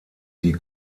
die